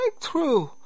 breakthrough